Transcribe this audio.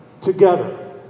together